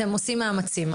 אתם עושים מאמצים.